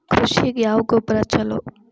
ಕೃಷಿಗ ಯಾವ ಗೊಬ್ರಾ ಛಲೋ?